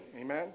amen